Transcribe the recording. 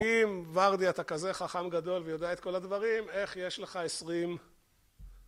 אם ורדי אתה כזה חכם גדול ויודע את כל הדברים, איך יש לך עשרים...